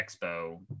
Expo